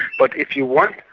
but if you want,